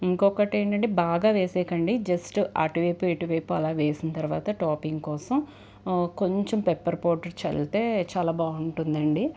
ఇంకొకటి ఏంటంటే బాగా వేసేయకండి జస్ట్ అటు వైపు ఇటు వైపు అలా వేసిన తర్వాత టాపింగ్ కోసం కొంచెం పెప్పర్ పౌడర్ చల్లితే చాలా బాగుంటుంది అండి